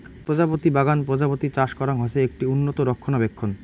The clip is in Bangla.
প্রজাপতি বাগান প্রজাপতি চাষ করাং হসে, এটি উন্নত রক্ষণাবেক্ষণ